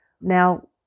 Now